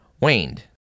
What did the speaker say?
waned